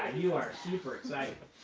you are super excited.